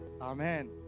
Amen